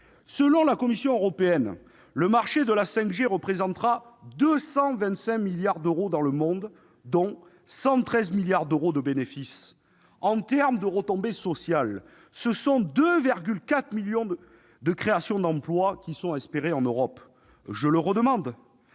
Selon la Commission européenne, le marché de la 5G représentera 225 milliards d'euros dans le monde, dont 113 milliards d'euros de bénéfices. Du point de vue des retombées sociales, 2,4 millions de créations d'emploi sont espérées en Europe. Je le demande